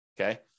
Okay